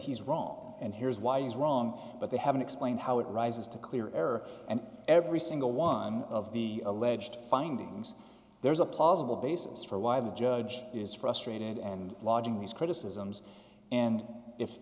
he's wrong and here's why he's wrong but they haven't explained how it rises to clear error and every single one of the alleged findings there's a plausible basis for why the judge is frustrated and lodging these criticisms and if